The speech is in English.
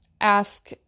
ask